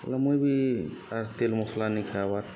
ହେଲେ ମୁଇଁ ବି ଆର୍ ତେଲ୍ ମସ୍ଲା ନି ଖାଏବା